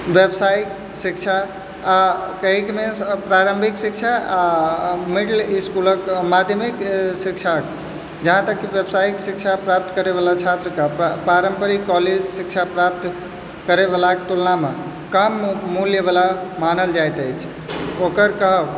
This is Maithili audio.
व्यावसायिक शिक्षा आओर कहैके मिन्स प्रारम्भिक शिक्षा आओर मिडिल इसकुल माध्यमिक शिक्षा जहाँ तक कि व्यावसायिक शिक्षा प्राप्त करैवला छात्रके पारम्परिक कॉलेज शिक्षा प्राप्त करैवलाके तुलनामे कम मूल्यवला मानल जाइत अछि ओकर कहब